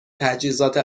تجهیزات